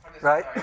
right